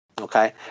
Okay